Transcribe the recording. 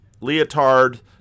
Leotard